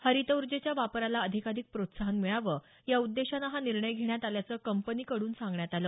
हरित ऊर्जेच्या वापराला अधिकाधिक प्रोत्साहन मिळावं या उद्देशानं हा निर्णय घेण्यात आल्याचं कंपनीकडून सांगण्यात आलं